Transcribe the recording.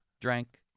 drank